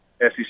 SEC